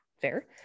fair